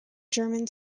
german